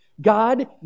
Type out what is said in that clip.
God